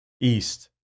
east